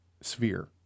sphere